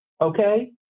okay